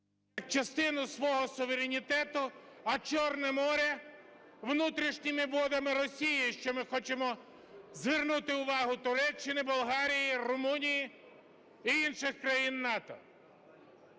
частиною свого суверенітету, а Чорне море внутрішніми водами Росії, на що ми хочемо звернути увагу Туреччини, Болгарії, Румунії і інших країн НАТО.